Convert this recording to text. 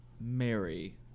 Mary